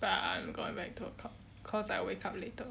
but I'm going back two o'clock cause I wake up later